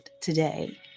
today